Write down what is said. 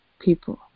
people